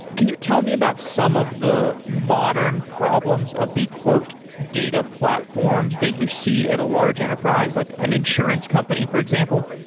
can you tell me about some of the modern problems of the data platform that you see at a large enterprise, like an insurance company for example?